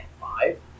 Five